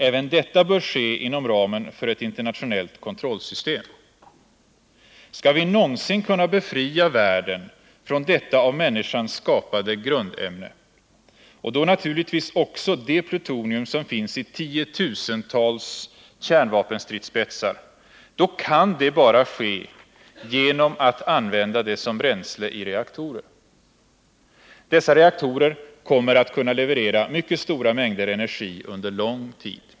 Även detta bör ske inom ramen för ett internationellt kontrollsystem. Skall vi någonsin kunna befria världen från detta av människan skapade grundämne — och då naturligtvis också det plutonium som finns i tiotusentals kärnvapenstridsspetsar — så kan det bara ske genom att det används som bränsle i reaktorer. Dessa reaktorer kommer att kunna leverera mycket stora mängder energi under lång tid.